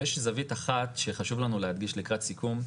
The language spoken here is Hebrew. יש זווית אחת שחשוב לנו להדגיש לקראת סיכום,